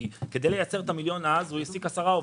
כדי לייצר את המיליון הוא העסיק עשרה עובדים,